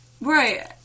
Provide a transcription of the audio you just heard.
Right